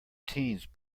teens